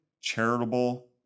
charitable